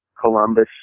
Columbus